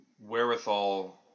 wherewithal